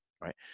right